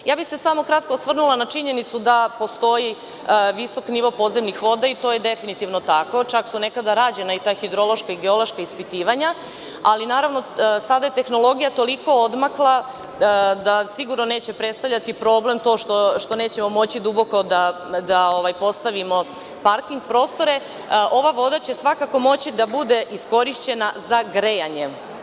Kratko bih se osvrnula na činjenicu da postoji visok nivo podzemnih voda i to je definitivno tako, čak su nekada rađena i ta hidrološka i geološka ispitivanja, ali naravno, sada je tehnologija toliko odmakla da sigurno neće predstavljati problem to što nećemo moći duboko da postavimo parking prostore, ova voda će svakako moći da bude iskorišćena za grejanje.